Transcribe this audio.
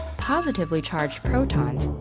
positively charged protons,